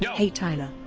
yeah hey tyler!